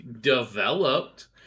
developed